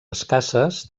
escasses